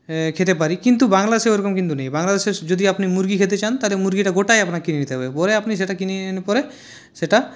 খেতে পারি কিন্তু বাংলাদেশে ওরকম কিন্তু নেই বাংলাদেশে যদি আপনি মুরগি খেতে চান তাহলে মুরগিটা গোটাই আপনাকে কিনে নিতে হবে পরে আপনি সেটা কিনে এনে পরে সেটা